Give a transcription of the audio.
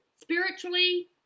spiritually